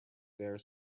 there